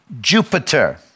Jupiter